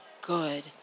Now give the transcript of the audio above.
good